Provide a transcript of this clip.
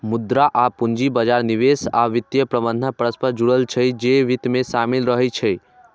मुद्रा आ पूंजी बाजार, निवेश आ वित्तीय प्रबंधन परस्पर जुड़ल छै, जे वित्त मे शामिल रहै छै